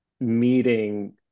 meeting